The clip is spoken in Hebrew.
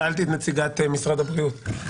שאלתי את נציגת משרד הבריאות.